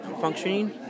functioning